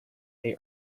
they